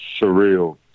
surreal